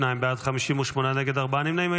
52 בעד, 58 נגד, ארבעה נמנעים.